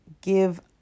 give